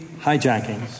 hijackings